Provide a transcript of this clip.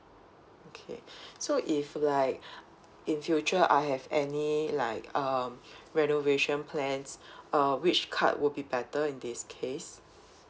okay so if like in future I have any like um renovation plans uh which card will be better in this case